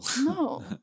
no